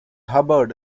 hubbard